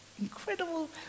incredible